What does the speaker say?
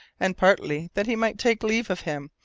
and partly that he might take leave of him,